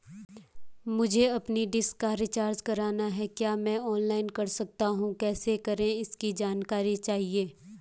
मुझे अपनी डिश का रिचार्ज करना है क्या मैं ऑनलाइन कर सकता हूँ कैसे करें इसकी जानकारी चाहिए?